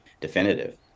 definitive